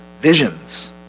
visions